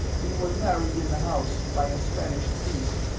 we were married in the house, by a spanish priest.